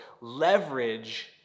leverage